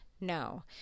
no